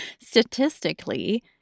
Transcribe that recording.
Statistically